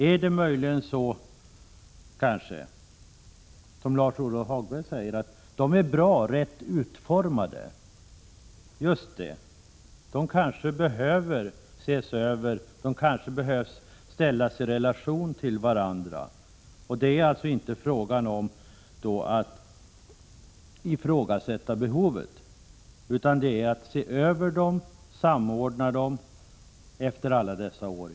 Är det kanske så, som Lars-Ove Hagberg säger, att de är bra och rätt utformade, eller behöver de kanske ses över och ställas i relation till varandra? Det är just det vi skall ta reda på. Vi ifrågasätter inte behovet, utan vi vill att man skall se över lagarna och samordna dem efter alla dessa år.